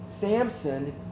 Samson